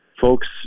folks